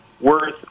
worth